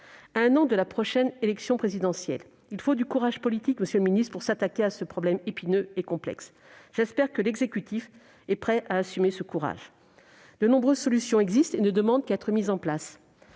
un an de la prochaine élection présidentielle, il faut du courage politique, monsieur le ministre, pour s'attaquer à ce problème épineux et complexe. J'espère que l'exécutif est prêt à assumer ce courage. De nombreuses solutions existent et ne demandent qu'à être mises en place.